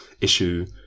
issue